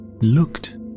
looked